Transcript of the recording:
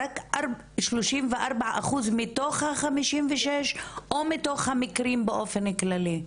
רק 34 אחוז מתוך ה-56 או מתוך המקרים באופן כללי.